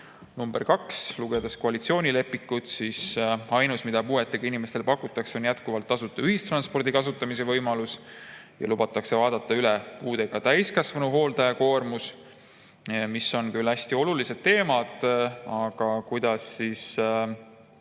Number 2: lugedes koalitsioonilepingut, on ainus, mida puuetega inimestele pakutakse, jätkuvalt tasuta ühistranspordi kasutamise võimalus ja lubatakse vaadata üle puudega täiskasvanu hooldaja koormus. Need on küll hästi olulised teemad, aga tahaks ikkagi